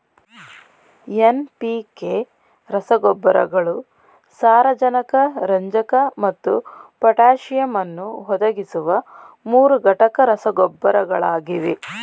NPK ರಸಗೊಬ್ಬರಗಳು ಸಾರಜನಕ ರಂಜಕ ಮತ್ತು ಪೊಟ್ಯಾಸಿಯಮ್ ಅನ್ನು ಒದಗಿಸುವ ಮೂರುಘಟಕ ರಸಗೊಬ್ಬರಗಳಾಗಿವೆ